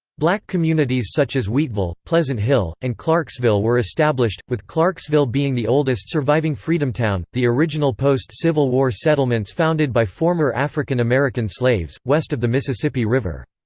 black communities such as wheatville, pleasant hill, and clarksville were established, with clarksville being the oldest surviving freedomtown the original post-civil war settlements founded by former african-american slaves west of the mississippi river.